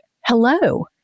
Hello